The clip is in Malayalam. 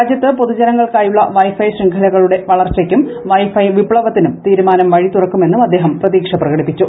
രാജ്യത്ത് പൊതു ജനങ്ങൾക്കായുള്ള വൈഫൈ ശൃംഖലകളുടെ വളർച്ചയ്ക്കും വൈഫൈ വിപ്സവത്തിനും തീരുമാനം വഴി തുറക്കുമെന്നും അദ്ദേഹം പ്രതീക്ഷ പ്രകടിപ്പിച്ചു